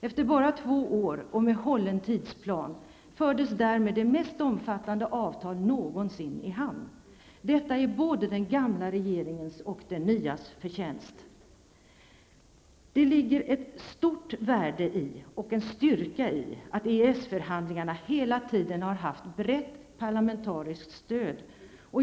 Efter bara två år och med hållen tidsplan fördes därmed det mest omfattande avtal någonsin i hamn. Detta är både den gamla regeringens och den nyas förtjänst. Det ligger ett stort värde och en styrka i att EES förhandlingarna hela tiden har haft brett parlamentariskt stöd.